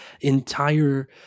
entire